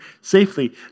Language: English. safely